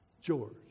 George